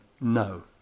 No